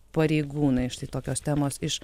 pareigūnai štai tokios temos iš